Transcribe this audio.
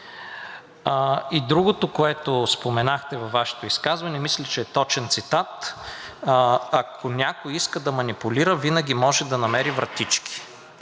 Другото, което споменахте във Вашето изказване, мисля, че е точен цитат: „Ако някой иска да манипулира, винаги може да намери вратички.“